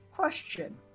Question